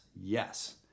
yes